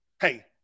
Hey